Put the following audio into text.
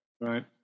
right